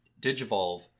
Digivolve